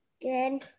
good